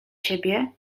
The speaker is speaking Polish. ciebie